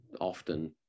often